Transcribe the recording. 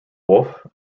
wolfe